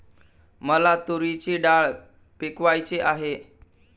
मला तूरीची डाळ पिकवायची आहे